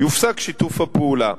יופסק שיתוף הפעולה.